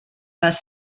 les